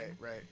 right